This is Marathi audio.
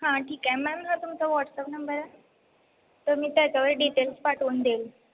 हां ठीक आहे मॅम हा तुमचा व्हॉट्सअप नंबर आहे तर मी त्याच्यावर डिटेल्स पाठवून देईल